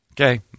Okay